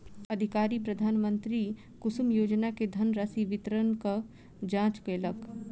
अधिकारी प्रधानमंत्री कुसुम योजना के धनराशि वितरणक जांच केलक